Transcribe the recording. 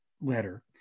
letter